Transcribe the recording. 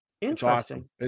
Interesting